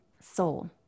soul